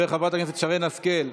חברת הכנסת שרן השכל,